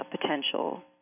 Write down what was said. potential